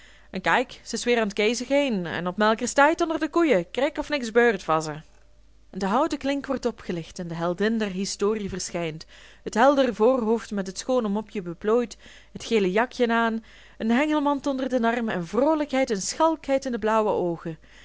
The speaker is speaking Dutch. en kaik ze is weer an t keezen geen en op melkerstaid onder de koeien krek of niks beurd wazze en de houten klink wordt opgelicht en de heldin der historie verschijnt het helder voorhoofd met het schoone mopje beplooid het gele jakjen aan een hengelmand onder den arm en vroolijkheid en schalkheid in de blauwe oogen